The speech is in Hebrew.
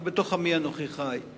אבל בתוך עמי אנוכי חי.